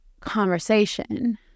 conversation